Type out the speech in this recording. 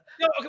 no